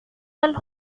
del